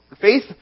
faith